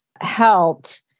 helped